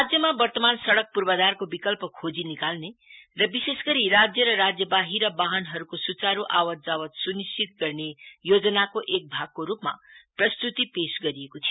राज्यमा वर्तमान सड़क प्र्वाधारको विकल्प खोजी निकाल्ने र विशेषगरी राज्य र राज्यवाहिर वाहनहरुको सुचार आवात जावत सुविश्चित गर्ने योजनाको एक भागको रुपमा यो प्रस्तुति पेस गरिएको थियो